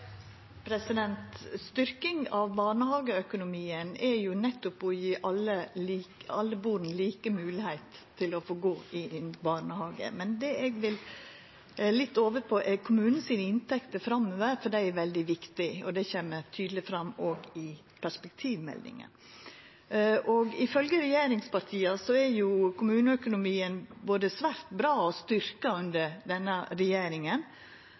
Styrking av barnehageøkonomien er nettopp å gje alle barn lik moglegheit til å gå i ein barnehage. Men det eg vil litt over på, er inntektene til kommunane framover, for dei er veldig viktige, og det kjem òg tydeleg fram i perspektivmeldinga. Ifølgje regjeringspartia er kommuneøkonomien både svært bra og styrkt under denne regjeringa,